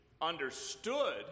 understood